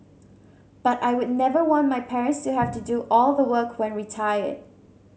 but I would never want my parents to have to do all the work when retired